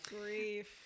grief